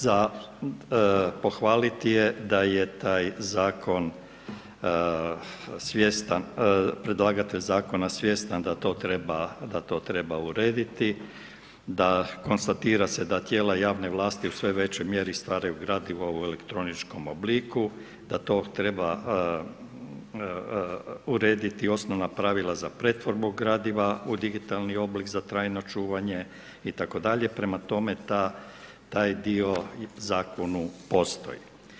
Za pohvaliti je da je taj zakon svjestan, predlagatelj zakona svjestan da to treba urediti, da konstatira se da tijela javne vlasti, u sve većoj mjeri, stvaraju gradivo u elektroničkom obliku, da to treba urediti osnovna pravila za pretvorbu gradiva u digitalni oblik za trajno čuvanje itd., prema tome taj dio u zakonu postoji.